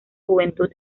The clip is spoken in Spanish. juventud